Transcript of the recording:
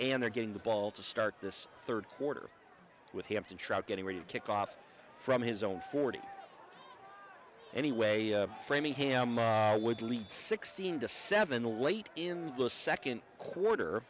and they're getting the ball to start this third quarter with hampton truck getting ready to kick off from his own forty anyway framingham would lead sixteen to seven the late in the second quarter